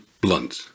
blunt